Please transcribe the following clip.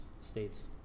states